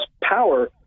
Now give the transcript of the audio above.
power